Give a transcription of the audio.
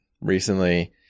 recently